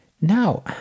Now